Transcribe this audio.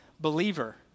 believer